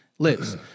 lives